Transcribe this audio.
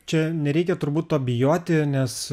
čia nereikia turbūt to bijoti nes